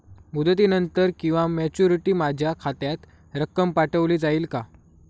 मुदतीनंतर किंवा मॅच्युरिटी माझ्या खात्यात रक्कम पाठवली जाईल का?